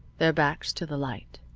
their backs to the light.